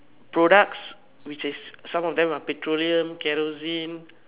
products which is some of them are petroleum kerosene